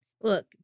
Look